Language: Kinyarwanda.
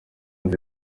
inzu